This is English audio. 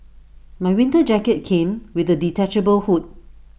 my winter jacket came with A detachable hood